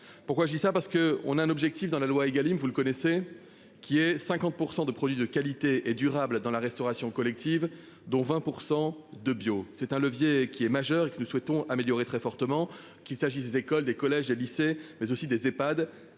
Pourquoi je dis ça parce que on a un objectif dans la loi Egalim. Vous le connaissez qui est 50% de produits de qualité et durable dans la restauration collective, dont 20% de bio, c'est un levier qui est majeure, et que nous souhaitons améliorer très fortement qu'il s'agisse des écoles, des collèges et lycées mais aussi des Ehpads